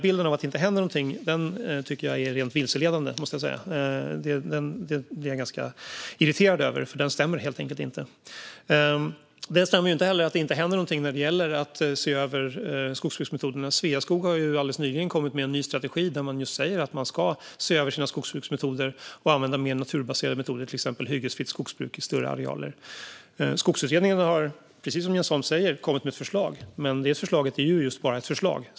Bilden av att det inte händer något är rent vilseledande, måste jag säga. Jag blir ganska irriterad, för den stämmer helt enkelt inte. Det stämmer heller inte att det inte händer något när det gäller att se över skogsbruksmetoderna. Sveaskog har alldeles nyligen kommit med en ny strategi, där man säger att man ska se över sina skogsbruksmetoder och använda mer naturbaserade metoder, till exempel hyggesfritt skogsbruk på större arealer. Skogsutredningen har, precis som Jens Holm säger, kommit med ett förslag, men det är just bara ett förslag.